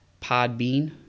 Podbean